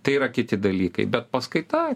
tai yra kiti dalykai bet paskaita kodėl